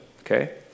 okay